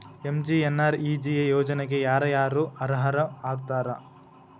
MGNREGA ಯೋಜನೆಗೆ ಯಾರ ಯಾರು ಅರ್ಹರು ಆಗ್ತಾರ?